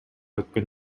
өткөн